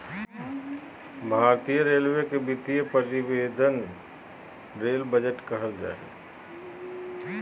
भारतीय रेलवे के वित्तीय प्रतिवेदन के रेल बजट कहल जा हइ